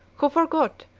who forgot,